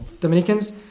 dominicans